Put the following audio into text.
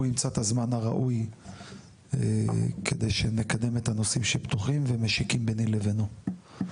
ימצא את הזמן הראוי כדי שנקדם את הנושאים הפתוחים ושמשיקים ביני לבינו.